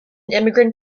immigrant